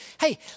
hey